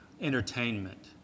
entertainment